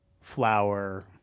flour